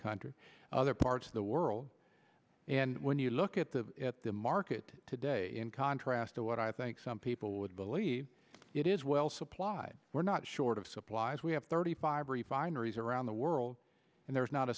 country other parts of the world and when you look at the at the market today in contrast to what i think some people would believe it is well supplied we're not short of supplies we have thirty five refineries around the world and there's not a